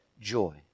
joy